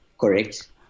Correct